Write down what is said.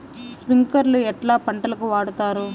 స్ప్రింక్లర్లు ఎట్లా పంటలకు వాడుతారు?